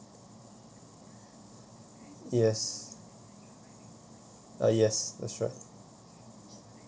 yes uh yes that's right